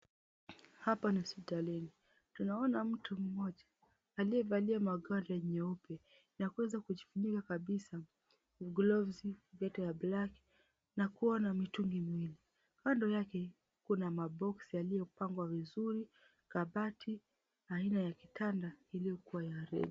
Hapa ni hospitalini tunaona mtu mmoja aliyevalia mavazi meupe na kujifunika kabisa glovuzi na kuwa na mitungi miwili, kando yake maboxi yaliyopangwa vizuri kabati aina ya kitanda iliyokuwa ya reli.